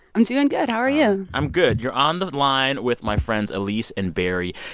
i'm doing good. how are you? i'm good. you're on the line with my friends elise and barrie.